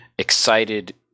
Excited